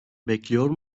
bekliyor